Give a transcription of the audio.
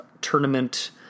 tournament